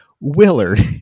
Willard